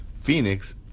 Phoenix